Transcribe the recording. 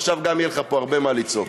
גם עכשיו יהיה לך הרבה מה לצעוק: